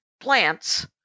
plants